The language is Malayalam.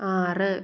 ആറ്